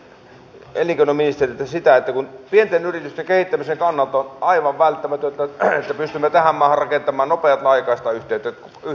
on hallitusohjelmaan kirjattu tavoitteeksi että vanhusten olisi pysyttävä entistä kauemmin kotona ja samaan aikaan laitoshoidon paikkoja on vähennetty ja tarkoitus on vähentää myös hoitajia